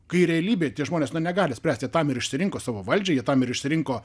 kai realybėj tie žmonės nu negali spręsti jie tam ir išsirinko savo valdžią jie tam ir išsirinko